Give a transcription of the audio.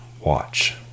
Watch